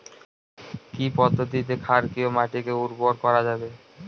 কি পদ্ধতিতে ক্ষারকীয় মাটিকে উর্বর করা যাবে?